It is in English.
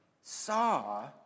saw